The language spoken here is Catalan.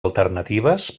alternatives